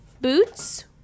boots